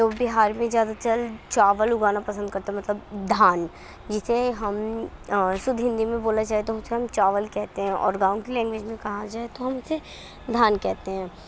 تو بہار میں زیادہ تر چاول اگانا پسند کرتا مطلب دھان جسے ہم شدھ ہندی میں بولا جائے تو اسے ہم چاول کہتے ہیں اور گاؤں کی لینگویج میں کہا جائے تو ہم اسے دھان کہتے ہیں